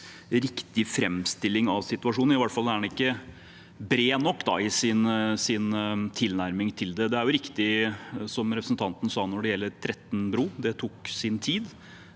riktig framstilling av situasjonen, i hvert fall er den ikke bred nok i sin tilnærming. Det er riktig, som representanten sa når det gjelder Tretten bru, at det tok sin tid.